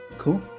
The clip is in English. Cool